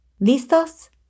¿Listos